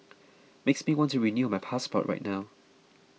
makes me want to renew my passport right now